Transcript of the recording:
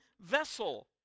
vessel